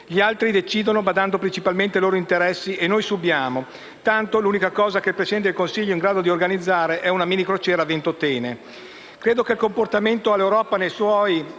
Gli altri decidono, badando principalmente ai loro interessi, e noi subiamo; tanto l'unica cosa che il Presidente del Consiglio è in grado di organizzare è una minicrociera a Ventotene. Credo che il comportamento che l'Europa ha nei suoi,